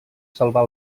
salvar